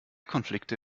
konflikte